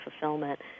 fulfillment